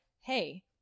hey